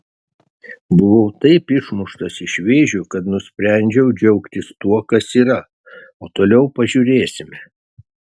buvau taip išmuštas iš vėžių kad nusprendžiau džiaugtis tuo kas yra o toliau pažiūrėsime